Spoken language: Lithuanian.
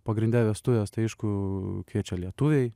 pagrinde vestuvės tai aišku kviečia lietuviai